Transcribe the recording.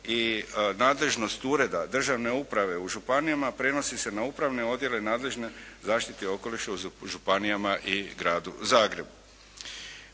i nadležnost Ureda državne uprave u županijama prenosi se na upravne odjele nadležne zaštiti okoliša u županijama i Gradu Zagrebu.